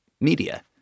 media